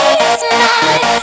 tonight